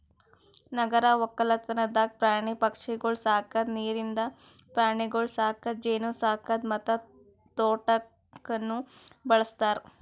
ನಗರ ಒಕ್ಕಲ್ತನದಾಗ್ ಪ್ರಾಣಿ ಪಕ್ಷಿಗೊಳ್ ಸಾಕದ್, ನೀರಿಂದ ಪ್ರಾಣಿಗೊಳ್ ಸಾಕದ್, ಜೇನು ಸಾಕದ್ ಮತ್ತ ತೋಟಕ್ನ್ನೂ ಬಳ್ಸತಾರ್